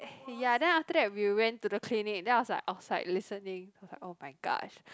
ya then after that we went to the clinic then I was like outside listening oh-my-god